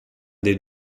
des